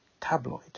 tabloid